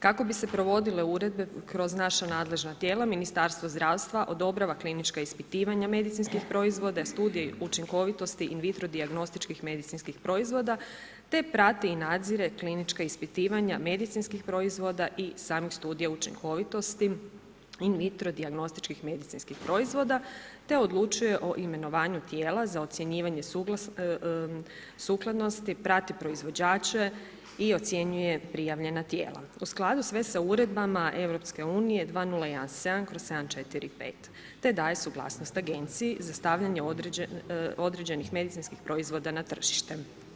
Kako bi se provodile uredbe kroz naša nadležna tijela, Ministarstvo zdravstva odobrava klinička ispitivanja medicinskih proizvoda, studije učinkovitosti in vitro dijagnostičkih medicinskih proizvoda te prati i nadzire klinička ispitivanja medicinskih proizvoda i samih studija učinkovitosti in vitro dijagnostičkih medicinskih proizvoda te odlučuje o imenovanju tijela za ocjenjivanje sukladnosti prati proizvođače i ocjenjuje prijavljena tijela u skladu sve sa uredbama EU-a 2017/745 te daje suglasnost agenciji za stavljanje određenih medicinskih proizvoda na tržište.